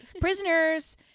prisoners